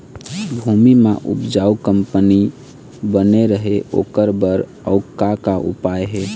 भूमि म उपजाऊ कंपनी बने रहे ओकर बर अउ का का उपाय हे?